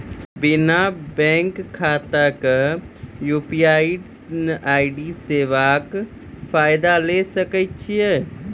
बिना बैंक खाताक यु.पी.आई सेवाक फायदा ले सकै छी?